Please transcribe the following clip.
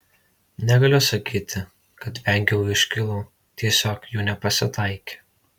negaliu sakyti kad vengiau iškylų tiesiog jų nepasitaikė